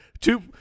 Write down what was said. two